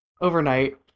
overnight